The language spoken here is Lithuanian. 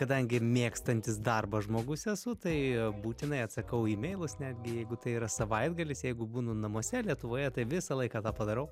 kadangi mėgstantis darbą žmogus esu tai būtinai atsakau į imeilus netgi jeigu tai yra savaitgalis jeigu būnu namuose lietuvoje tai visą laiką tą padarau